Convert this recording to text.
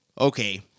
okay